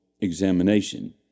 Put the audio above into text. examination